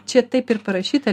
čia taip ir parašyta